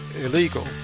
illegal